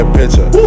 picture